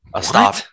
stop